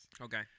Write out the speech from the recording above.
Okay